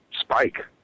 spike